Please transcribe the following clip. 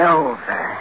over